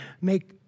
make